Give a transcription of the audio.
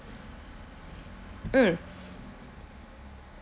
mm